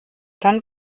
dann